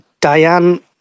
Diane